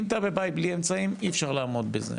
אם אתה בבית בלי אמצעים, אי אפשר לעמוד בזה.